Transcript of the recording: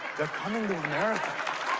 they're coming to america.